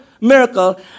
miracle